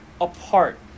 apart